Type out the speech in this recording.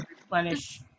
replenish